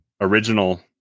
original